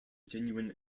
genuine